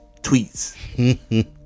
tweets